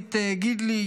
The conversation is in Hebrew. יהודית גידלי,